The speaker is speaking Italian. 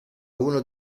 uno